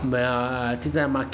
没有啊现在 market 你我觉得我要拿 big volume meh